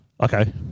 Okay